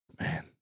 man